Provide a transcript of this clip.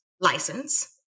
license